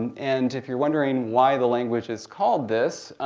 and if you're wondering why the language is called this,